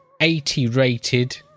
80-rated